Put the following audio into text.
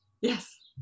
yes